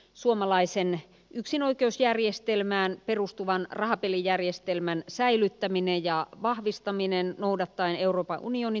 suomalaisen yksinoikeusjärjestelmään perustuvan rahapelijärjestelmän säilyttäminen ja vahvistaminen noudattaen euroopan unionin